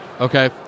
Okay